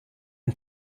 and